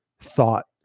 thought